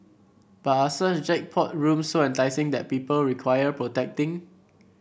but are such jackpot rooms so enticing that people require protecting